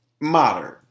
modern